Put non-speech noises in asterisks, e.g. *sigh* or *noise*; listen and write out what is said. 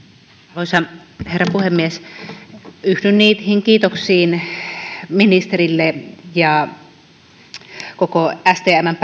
arvoisa herra puhemies yhdyn niihin kiitoksiin ministerille koko stmn *unintelligible*